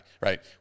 right